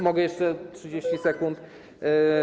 Mogę jeszcze 30 sekund?